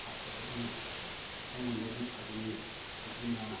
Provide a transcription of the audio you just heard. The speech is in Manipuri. ꯑꯐꯕꯗꯤ ꯑꯩꯉꯣꯟꯗꯗꯤ ꯐꯒꯅꯤ ꯑꯗꯨꯅ